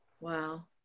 Wow